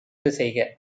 செய்க